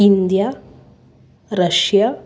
India Russia